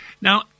Now